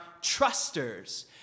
trusters